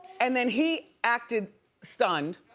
and then he acted stunned.